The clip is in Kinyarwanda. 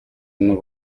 n’u